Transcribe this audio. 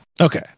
Okay